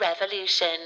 Revolution